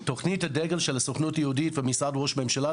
תוכנית הדגל של הסוכנות היהודית או משרד ראש הממשלה,